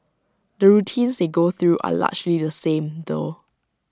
the routines they go through are largely the same though